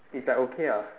it's like okay ah